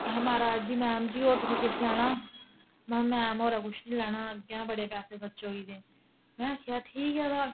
अहें महाराज जी मैम जी होर तुसें किश लैना महां मैम होरें कुछ नी लैना अग्गें गै बड़े पैसे खरचोई दे में आखेआ ठीक ऐ तां